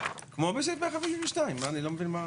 יש לך הזדמנות אחרונה להביע.